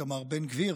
איתמר בן גביר.